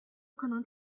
可能